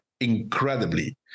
incredibly